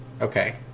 Okay